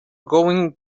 going